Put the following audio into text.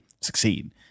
succeed